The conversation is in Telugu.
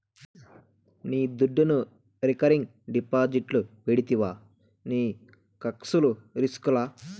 నీ దుడ్డును రికరింగ్ డిపాజిట్లు పెడితివా నీకస్సలు రిస్కులా